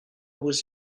was